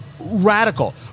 Radical